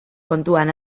kontuan